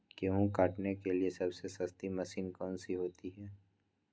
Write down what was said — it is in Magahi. गेंहू काटने के लिए सबसे सस्ती मशीन कौन सी होती है?